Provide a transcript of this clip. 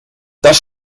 das